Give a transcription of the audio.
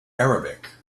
arabic